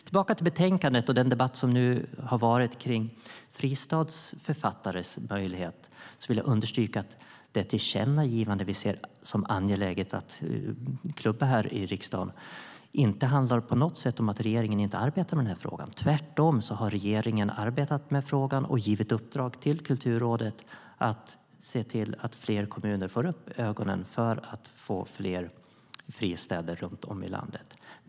Tillbaka till betänkandet och den debatt som nu har varit kring fristadsförfattares möjligheter, och då vill jag understryka att det tillkännagivande som vi ser som angeläget att klubba igenom här i riksdagen inte på något sätt handlar om att regeringen inte arbetar med frågan. Tvärtom har regeringen arbetat med frågan och givit i uppdrag till Kulturrådet att se till att fler kommuner får upp ögonen för behovet av fler fristäder runt om i landet.